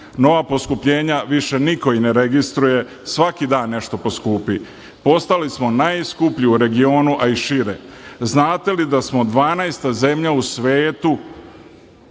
poskupljenja više niko i ne registruje, svaki dan nešto poskupi. Postali smo najskuplji u regionu, a i šire. Znate li da samo 12 zemalja u svetu